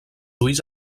ulls